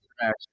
interaction